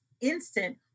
instant